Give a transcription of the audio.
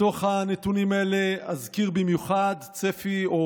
בתוך הנתונים האלה אזכיר במיוחד צפי או